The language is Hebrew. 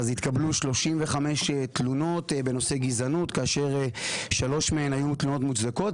אז התקבלו 35 תלונות בנושא גזענות כאשר שלוש מהן היו תלונות מוצדקות.